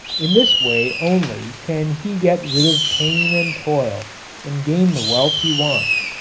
in this way only can he get rid of pain and toil and gain the wealth he wants.